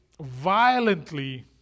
violently